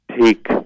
take